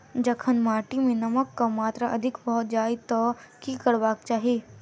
जखन माटि मे नमक कऽ मात्रा अधिक भऽ जाय तऽ की करबाक चाहि?